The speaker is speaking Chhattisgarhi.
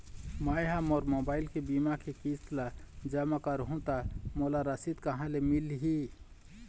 मैं हा मोर मोबाइल ले बीमा के किस्त ला जमा कर हु ता मोला रसीद कहां ले मिल ही?